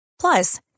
Plus